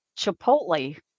Chipotle